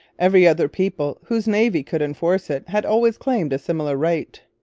every other people whose navy could enforce it had always claimed a similar right.